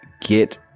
Get